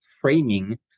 framing